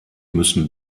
müssen